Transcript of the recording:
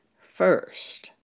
first